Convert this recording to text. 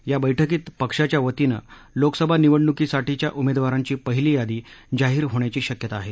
या बैठकीत पक्षाच्या वतीनं लोकसभा निवडणूकीसाठीच्या उमेदवारांची पहीली यादी जाहीर होण्याची शक्यता आहे